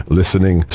listening